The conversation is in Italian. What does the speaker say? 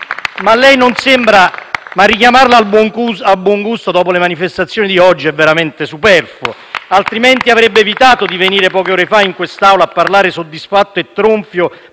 dei conti. Ma richiamarla al buon gusto, dopo le manifestazioni di oggi, è veramente superfluo, altrimenti avrebbe evitato di venire, poche ore fa, in quest'Aula, a parlare soddisfatto e tronfio